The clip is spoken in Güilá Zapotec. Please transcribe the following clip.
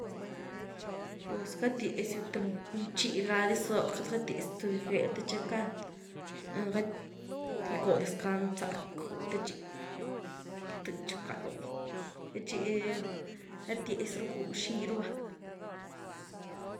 Pues gët-yiazyw th btxi ga’diz doo, queity gëty-yiazydiw geel te txi gakán gikoo descans zack, te txi queity tëtx bcald loo, te txi gety-yiazy rucú xi rú va.